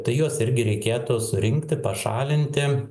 tai juos irgi reikėtų surinkti pašalinti